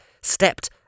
stepped